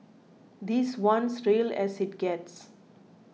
this one's real as it gets